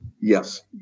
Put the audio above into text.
Yes